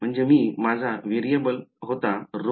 म्हणजे मी माझा व्हेरिएबल होता ρ